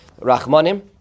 Rachmanim